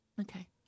okay